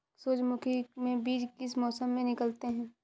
सूरजमुखी में बीज किस मौसम में निकलते हैं?